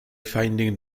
finding